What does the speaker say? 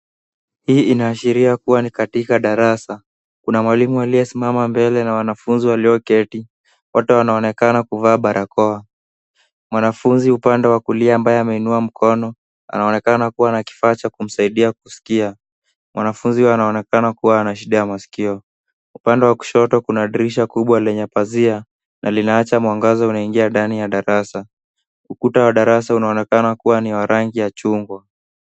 Hii inaashiria kuwa ni katika darasa. Kuna mwalimu aliyesimama mbele na wanafunzi walioketi. Wote wanaonekana kuvaa barakoa. Mwanafunzi upande wa kulia ambaye ameinua mkono anaonekana kuwa na kifaa cha kumsaidia kuskia. Mwanafunzi huyo anaonekana kuwa na shida ya maskio. Upande wa kushoto kuna dirisha kubwa lenye pazia na linaacha mwangaza unaingia ndani ya darasa. Ukuta wa darasa unaonekana kuwa ni wa rangi ya chungwa.